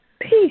peace